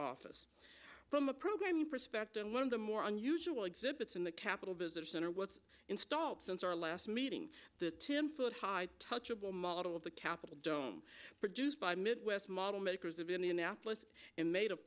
office from a programming perspective and learn the more unusual exhibits in the capitol visitor center what's installed since our last meeting the ten foot high touchable model of the capitol dome produced by midwest model makers of indianapolis and made a